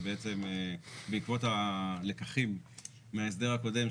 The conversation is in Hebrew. שבעצם בעקבות הלקחים מההסדר הקודם,